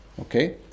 Okay